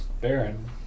Baron